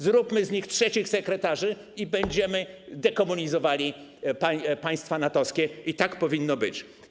Zróbmy z nich trzecich sekretarzy i będziemy dekomunizowali państwa NATO, i tak powinno być.